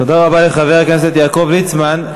תודה רבה לחבר הכנסת יעקב ליצמן.